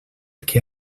que